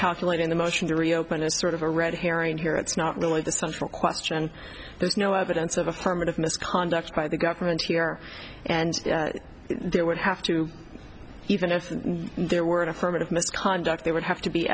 calculating the motion to reopen is sort of a red herring here it's not really the central question there's no evidence of affirmative misconduct by the government here and there would have to even if there were an affirmative misconduct there would have to be